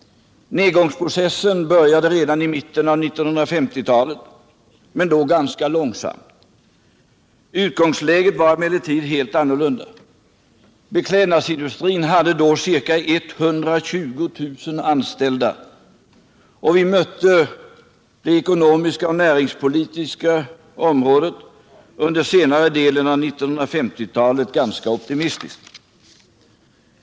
Nedgångsprocessen började redan — Nr 98 i mitten av 1950-talet men gick då ganska långsamt. Utgångsläget var Torsdagen den emellertid helt annorlunda. Beklädnadsindustrin hade då ca 120000 16 mars 1978 anställda, och vi mötte de ekonomiska och näringspolitiska problemen under senare delen av 1950-talet optimistiskt.